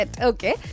Okay